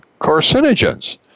carcinogens